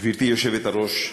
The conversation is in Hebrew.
גברתי היושבת-הראש,